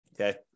okay